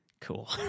Cool